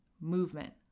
movement